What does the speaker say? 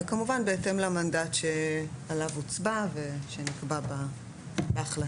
כמובן בהתאם למנדט שעליו הוצבע ושנקבע בהחלטה.